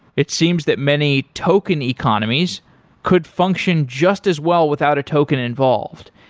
it seems that many token economies could function just as well without a token involved.